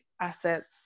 assets